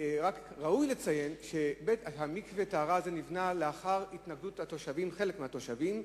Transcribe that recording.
ראוי לציין שמקווה הטהרה הזה נבנה לאחר התנגדות חלק מהתושבים,